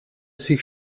sich